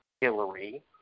Hillary